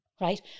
right